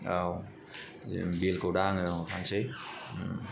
औ बिलखौ दा आङो हरफानसै